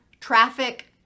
traffic